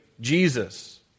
Jesus